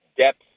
depth